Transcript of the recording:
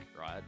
right